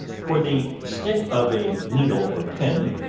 for the stick of a needle or pin,